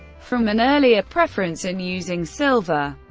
from an earlier preference in using silver,